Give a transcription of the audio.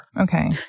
Okay